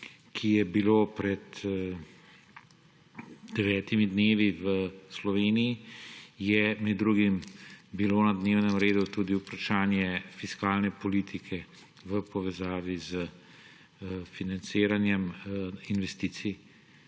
ki je bilo pred devetimi dnevi v Sloveniji, je med drugim bilo na dnevnem redu tudi vprašanje fiskalne politike v povezavi s financiranjem investicij